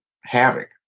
havoc